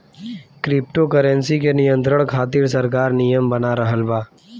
crypto currency के नियंत्रण खातिर सरकार नियम बना रहल बा